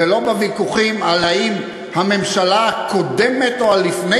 ולא לוויכוחים על האם הממשלה הקודמת או לפני